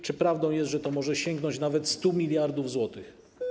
Czy prawdą jest, że to może sięgnąć nawet 100 mld zł?